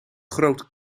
groot